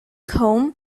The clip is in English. home